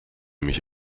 mich